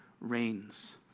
reigns